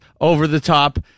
over-the-top